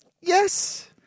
Yes